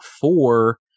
four